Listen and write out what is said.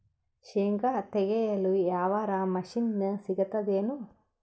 ಶೇಂಗಾ ತೆಗೆಯಲು ಯಾವರ ಮಷಿನ್ ಸಿಗತೆದೇನು?